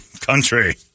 country